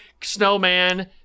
Snowman